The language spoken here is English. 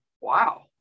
wow